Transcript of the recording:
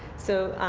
so,